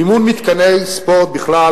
מימון מתקני ספורט בכלל,